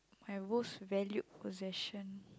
my most valued possession